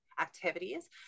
activities